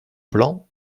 plan